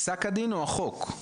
פסק הדין או החוק?